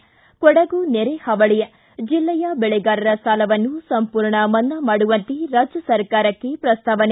ಿ ಕೊಡಗು ನೆರೆಹಾವಳಿ ಜಿಲ್ಲೆಯ ದೆಳೆಗಾರರ ಸಾಲವನ್ನು ಸಂಪೂರ್ಣ ಮನ್ನಾ ಮಾಡುವಂತೆ ರಾಜ್ಯ ಸರ್ಕಾರಕ್ಕೆ ಪ್ರಸ್ತಾವನೆ